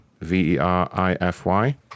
V-E-R-I-F-Y